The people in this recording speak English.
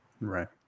Right